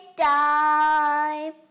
time